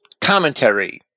commentary